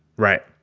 right.